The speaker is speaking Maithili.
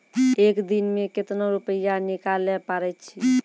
एक दिन मे केतना रुपैया निकाले पारै छी?